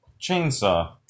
chainsaw